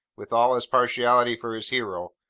with all his partiality for his hero,